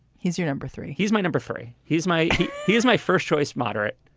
he's your number three. he's my number three. he's my he's my first choice moderate,